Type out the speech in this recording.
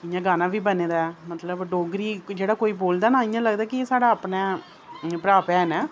जि'यां गाना बी बने दा ऐ मतलब डोगरी जेहड़ा कोई बोलदा इ'यां लगदा कि साढ़ा अपना ऐ भ्रा भैन ऐ